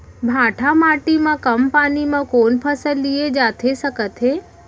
भांठा माटी मा कम पानी मा कौन फसल लिए जाथे सकत हे?